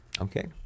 Okay